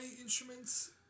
instruments